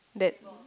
that